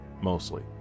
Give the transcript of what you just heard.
mostly